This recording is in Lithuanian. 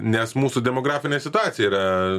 nes mūsų demografinė situacija yra